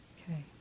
Okay